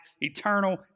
eternal